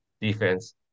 defense